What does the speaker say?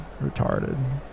retarded